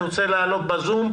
אני רוצה לאפשר להם להתייחס.